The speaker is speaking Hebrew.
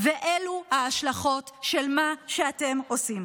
אלו ההשלכות של מה שאתם עושים.